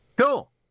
Cool